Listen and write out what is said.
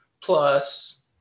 plus